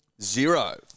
Zero